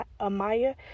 Amaya